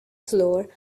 flour